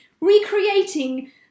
recreating